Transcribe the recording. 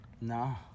No